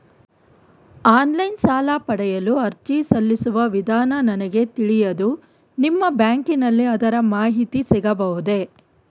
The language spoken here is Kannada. ಆನ್ಲೈನ್ ಸಾಲ ಪಡೆಯಲು ಅರ್ಜಿ ಸಲ್ಲಿಸುವ ವಿಧಾನ ನನಗೆ ತಿಳಿಯದು ನಿಮ್ಮ ಬ್ಯಾಂಕಿನಲ್ಲಿ ಅದರ ಮಾಹಿತಿ ಸಿಗಬಹುದೇ?